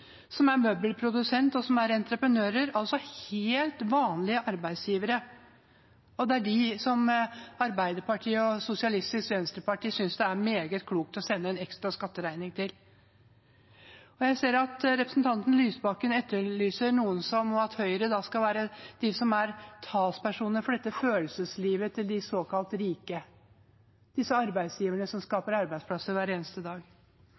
som er møbelprodusenter, som er entreprenører – altså helt vanlige arbeidsgivere. Det er de Arbeiderpartiet og Sosialistisk Venstreparti synes det er meget klokt å sende en ekstra skatteregning til. Jeg ser at representanten Lysbakken etterlyser at Høyre skal være talsperson for følelseslivet til disse såkalt rike, disse arbeidsgiverne som skaper arbeidsplasser hver eneste dag.